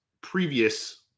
previous